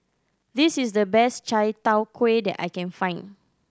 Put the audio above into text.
this is the best chai tow kway that I can find